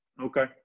Okay